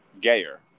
gayer